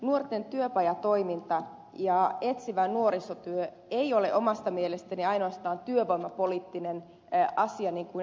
nuorten työpajatoiminta ja etsivä nuorisotyö ei ole omasta mielestäni ainoastaan työvoimapoliittinen asia niin kuin ed